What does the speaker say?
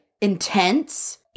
intense